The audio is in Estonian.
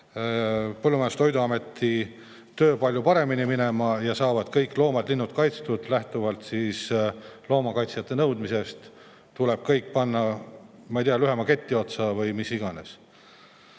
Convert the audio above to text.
ja Toiduameti töö palju paremini minema ja kõik loomad-linnud saavad kaitstud. Lähtuvalt loomakaitsjate nõudmisest tuleb kõik panna, ma ei tea, lühema keti otsa või mida iganes.